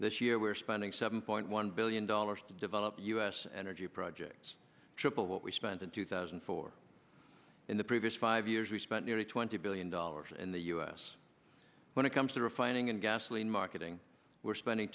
this year we're spending seven point one billion dollars to develop u s energy projects triple what we spent in two thousand and four in the previous five years we spent nearly twenty billion dollars in the u s when it comes to refining and gasoline marketing we're spending